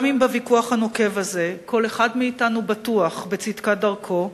גם אם בוויכוח הנוקב הזה כל אחד מאתנו בטוח בצדקת דרכו,